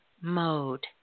mode